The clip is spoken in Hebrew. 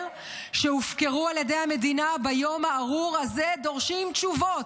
שהופקרו על ידי המדינה ביום הארור הזה דורשות תשובות.